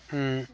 ਹੁੰ